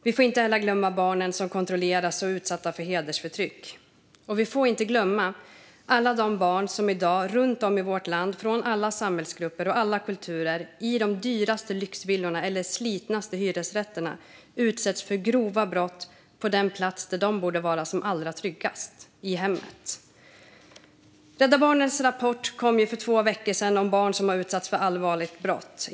Vi får inte heller glömma de barn som kontrolleras och är utsatta för hedersförtryck. Och vi får inte glömma alla de barn som i dag runt om i vårt land, från alla samhällsgrupper och alla kulturer, i de dyraste lyxvillorna eller de slitnaste hyresrätterna utsätts för grova brott på den plats där de borde vara som tryggast: i hemmet. För två veckor sedan kom Rädda Barnen med en rapport om barn som har utsatts för allvarligt brott.